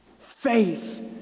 faith